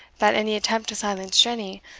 that any attempt to silence jenny,